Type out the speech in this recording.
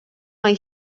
mae